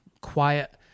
quiet